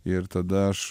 ir tada aš